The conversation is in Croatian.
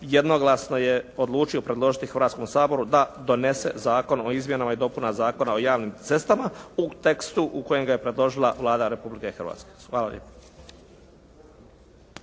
jednoglasno je odlučio predložiti Hrvatskom saboru da donese Zakon o izmjenama i dopunama Zakona o javnim cestama u tekstu u kojem ga je predložila Vlada Republike Hrvatske. Hvala lijepa.